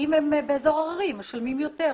כי הם באזור הררי, הם משלמים יותר.